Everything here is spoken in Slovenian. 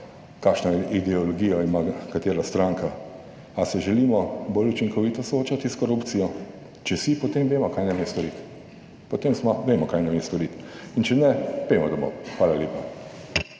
kakšno ideologijo ima katera stranka. Ali se želimo bolj učinkovito soočati s korupcijo? Če si, potem vemo kaj nam je storiti, potem vemo kaj nam je storiti in če ne vemo, da bo. Hvala lepa.